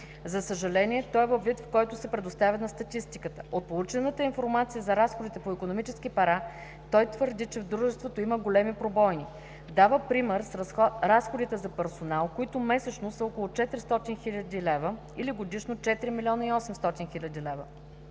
За съжаление той е във вид, в който се предоставя на статистиката. От получената информация за разходите по икономически пера той твърди, че в дружеството има големи пробойни. Дава пример с разходите за персонал, които месечно са около 400 хил. лв. или годишно 4 млн. 800 хил. лв.